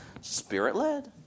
spirit-led